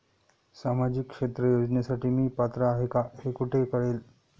सामाजिक क्षेत्र योजनेसाठी मी पात्र आहे का हे कुठे कळेल?